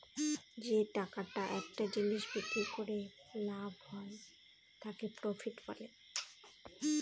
যে টাকাটা একটা জিনিস বিক্রি করে লাভ হয় তাকে প্রফিট বলে